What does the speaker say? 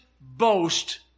boast